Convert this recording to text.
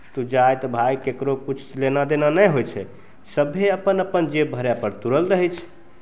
तऽ ओ जाति भाय ककरो किछु लेना देना नहि होइ छै सभे अपन अपन जेब भरयपर तुलल रहै छै